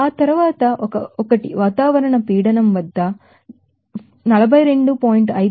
ఆ తరువాత 1 atmospheric pressure వద్ద 42